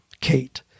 Kate